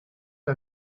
que